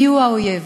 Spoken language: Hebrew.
מיהו האויב.